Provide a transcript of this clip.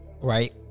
right